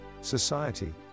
society